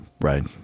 right